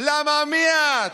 למה מי את?